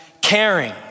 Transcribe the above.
caring